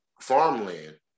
farmland